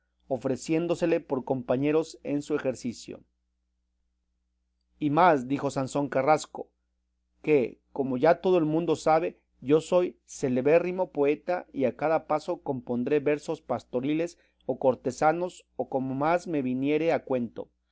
locura ofreciéndosele por compañeros en su ejercicio y más dijo sansón carrasco que como ya todo el mundo sabe yo soy celebérrimo poeta y a cada paso compondré versos pastoriles o cortesanos o como más me viniere a cuento